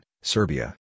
Serbia